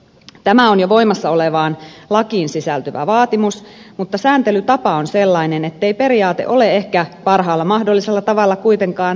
tämä on jo voimassa olevaan lakiin sisältyvä vaatimus mutta sääntelytapa on sellainen ettei periaate ole ehkä parhaalla mahdollisella tavalla kuitenkaan laista ilmennyt